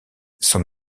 son